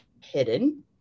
hidden